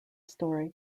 story